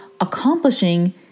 accomplishing